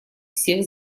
всех